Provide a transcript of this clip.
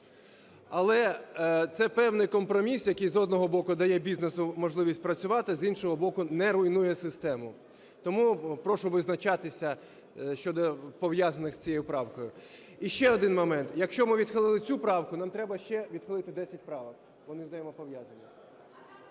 Але це певний компроміс, який, з одного боку, дає бізнесу можливість працювати, з іншого боку, не руйнує систему. Тому прошу визначатися щодо пов'язаних з цією правкою. І ще один момент. Якщо ми відхилили цю правку, нам треба ще відхилити 10 правок, вони взаємопов'язані.